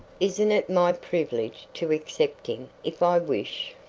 isn't it my privilege to accept him if i wish?